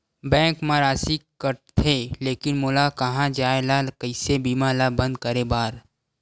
Bank मा राशि कटथे लेकिन मोला कहां जाय ला कइसे बीमा ला बंद करे बार?